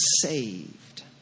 saved